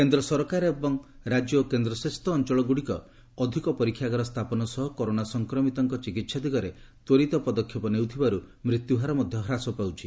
କେନ୍ଦ୍ର ସରକାର ଏବଂ ରାଜ୍ୟ ଓ କେନ୍ଦ୍ରଶାସିତ ଅଞ୍ଚଳଗ୍ରଡ଼ିକ ଅଧିକ ପରୀକ୍ଷାଗାର ସ୍ଥାପନ ସହ କରୋନା ସଂକ୍ରମିତଙ୍କ ଚିକିତ୍ସା ଦିଗରେ ଦ୍ୱରିତ ପଦକ୍ଷେପ ନେଉଥିବାରୁ ମୃତ୍ୟୁହାର ମଧ୍ୟ ହ୍ରାସ ପାଉଛି